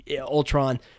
Ultron